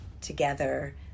together